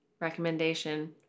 recommendation